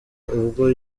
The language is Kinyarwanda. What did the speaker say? ubwo